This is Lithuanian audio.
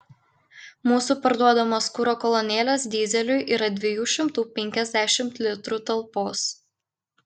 mūsų parduodamos kuro kolonėlės dyzeliui yra dviejų šimtų penkiasdešimt litrų talpos